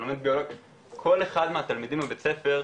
כל אחד מהתלמידים בבית ספר,